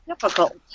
difficult